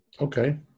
Okay